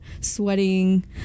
sweating